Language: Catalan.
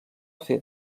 fer